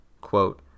Quote